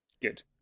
Good